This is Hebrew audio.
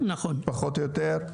פחות או יותר?